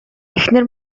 эхнэр